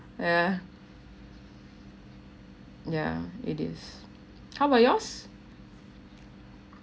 yeah yeah it is how about yours